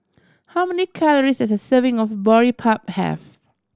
how many calories does a serving of Boribap have